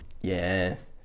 Yes